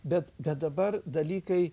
bet bet dabar dalykai